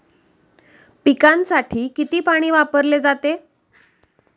पिकांसाठी किती पाणी वापरले जाते?